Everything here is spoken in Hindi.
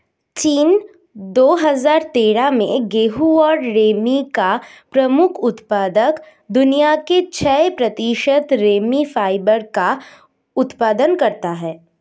चीन, दो हजार तेरह में गेहूं और रेमी का प्रमुख उत्पादक, दुनिया के छह प्रतिशत रेमी फाइबर का उत्पादन करता है